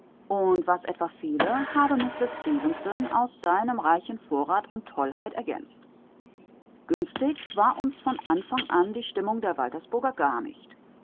und was etwa fehle habe mister stefenson aus seinem reichen vorrat an tollheit ergänzt günstig war uns von anfang an die stimmung der waltersburger gar nicht